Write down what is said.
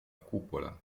cupola